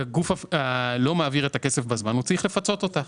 והגוף לא מעביר את הכסף בזמן הוא צריך לפצות אותך.